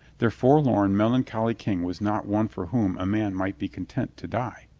their forlorn, melancholy king was not one for whom a man might be content to die.